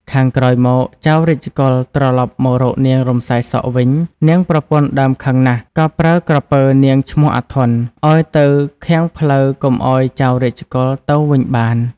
ខាងក្រោយមក ចៅរាជកុល ត្រឡប់មករកនាង រំសាយសក់ វិញ នាងប្រពន្ធដើមខឹងណាស់ ក៏ប្រើក្រពើនាង ឈ្មោះ អាធន់ ឱ្យទៅឃាំងផ្លូវកុំឱ្យចៅរាជកុល ទៅវិញបាន ។